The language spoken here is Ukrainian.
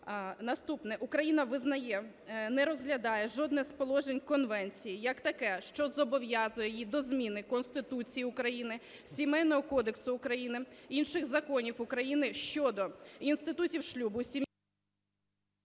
Наступне: Україна визнає, не розглядає жодне з положень конвенції як таке, що зобов'язує її до зміни Конституції України, Сімейного кодексу України, інших законів України щодо інститутів шлюбу, сім'ї…